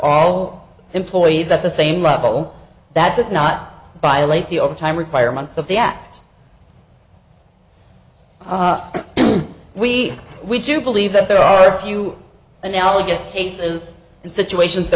all employees at the same rubble that does not violate the overtime requirements of the act we we do believe that there are a few analogous cases and situations th